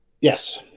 Yes